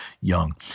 young